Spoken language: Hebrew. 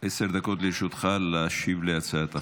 עשר דקות לרשותך, להשיב על הצעת החוק.